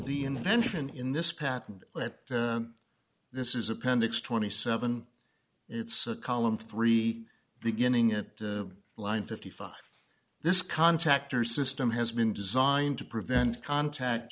the invention in this patent this is appendix twenty seven it's a column three beginning of line fifty five this contactor system has been designed to prevent contact